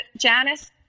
Janice